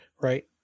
Right